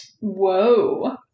Whoa